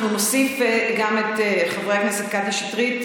אנחנו נוסיף גם את חברי הכנסת קטי שטרית,